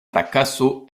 frakaso